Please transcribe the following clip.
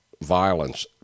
violence